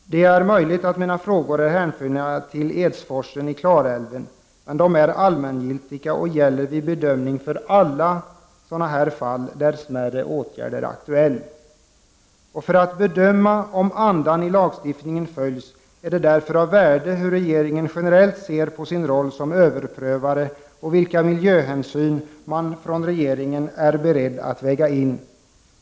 Det är möjligt att mina frågor är hänförliga till Edsforsen i Klarälven, men de är allmängiltiga och gäller vid bedömningen av alla sådana här fall där smärre åtgärder är aktuella. För att bedöma om andan i lagstiftningen följs är det därför av värde att se hur regeringen generellt ser på sin roll som överprövare och vilka miljöhänsyn man från regeringen är beredd att lägga in.